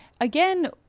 Again